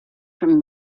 from